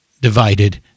Divided